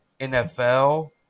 NFL